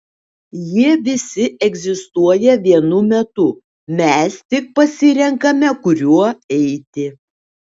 jie visi egzistuoja vienu metu mes tik pasirenkame kuriuo eiti